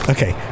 Okay